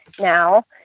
now